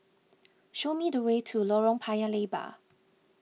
show me the way to Lorong Paya Lebar